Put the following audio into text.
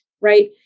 right